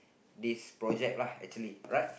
this project lah actually right